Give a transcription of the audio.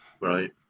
Right